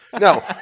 no